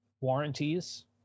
warranties